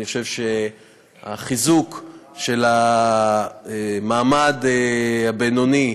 אני חושב שהחיזוק של המעמד הבינוני,